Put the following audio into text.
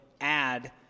add